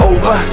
Over